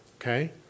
okay